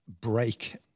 break